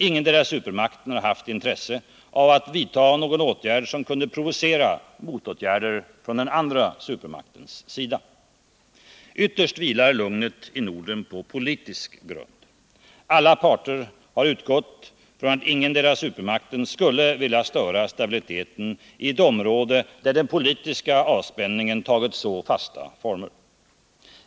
Ingendera supermakten har haft intresse av att vidta någon åtgärd som kunde provocera motåtgärder från dens andra supermaktens sida. Ytterst vilar lugnet i Norden på politisk grund. Alla parter har utgått från att ingendera supermakten skulle vilja störa stabiliteten i ett område där den politiska avspänningen tagit så fasta former.